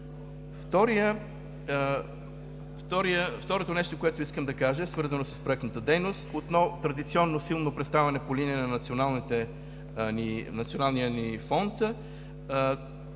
Трето нещо, което искам да кажа, е свързано с проектната дейност – отново традиционно силно представяне по линия на националния ни фонд.